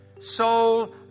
soul